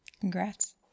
Congrats